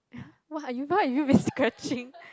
!huh! why are you what have you been scratching